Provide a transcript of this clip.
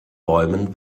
bäumen